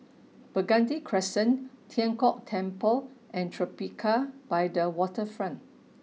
Burgundy Crescent Tian Kong Temple and Tribeca by the Waterfront